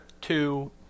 two